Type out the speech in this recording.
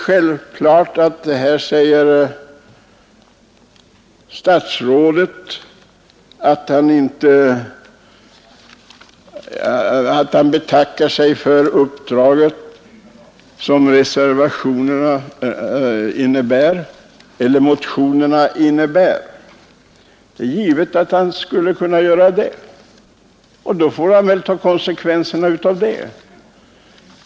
Statsrådet säger givetvis att han betackar sig för det uppdrag som ett bifall till motionerna skulle innebära. Det är givet att han skulle kunna göra det, men då får han ta konsekvenserna därav.